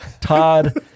Todd